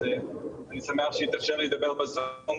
אז אני שמח שהתאפשר לי לדבר בזום.